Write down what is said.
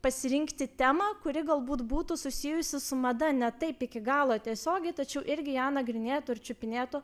pasirinkti temą kuri galbūt būtų susijusi su mada ne taip iki galo tiesiogiai tačiau irgi ją nagrinėtų ir čiupinėtų